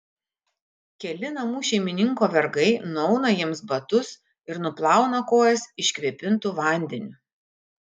keli namų šeimininko vergai nuauna jiems batus ir nuplauna kojas iškvėpintu vandeniu